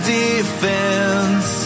defense